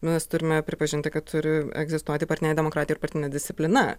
mes turime pripažinti kad turi egzistuoti partinėj demokratijoj ir partinė disciplina